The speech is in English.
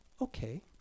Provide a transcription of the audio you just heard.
Okay